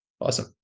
Awesome